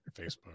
facebook